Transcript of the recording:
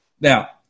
Now